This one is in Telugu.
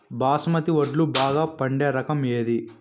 బాస్మతి వడ్లు బాగా పండే రకం ఏది